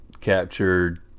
captured